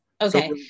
Okay